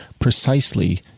precisely